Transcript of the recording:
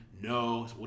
No